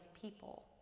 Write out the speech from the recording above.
people